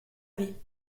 vie